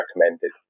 recommended